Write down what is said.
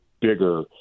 bigger